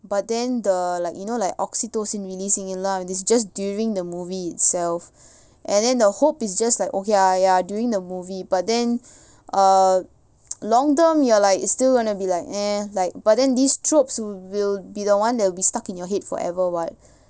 but then the like you know like oxytocin releasing எல்லா வந்து:ellaa vanthu it's just during the movie itself and then the hope is just like oh ya ya during the movie but then uh long term you're like still gonna be like eh like but then these tropes who will be the [one] that will be stuck in your head forever [what]